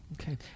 Okay